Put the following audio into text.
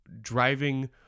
driving